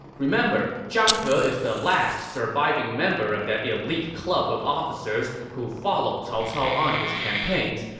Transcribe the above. remember, zhang he is the last surviving member of that elite club of officers who followed cao cao on his campaigns,